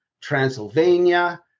Transylvania